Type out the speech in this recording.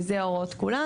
וזה ההוראות כולם.